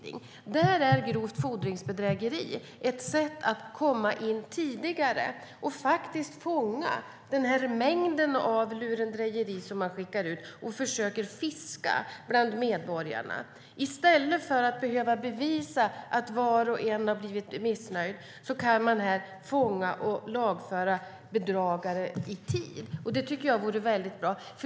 En lag om grovt fordringsbedrägeri är ett sätt att komma in tidigare och fånga de lurendrejare som skickar ut mängder av material och försöker fiska bland medborgarna. I stället för att behöva bevisa att var och en har blivit missnöjd kan man då fånga och lagföra bedragare i tid. Det tycker jag vore väldigt bra.